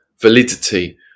validity